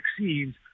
vaccines